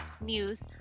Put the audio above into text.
news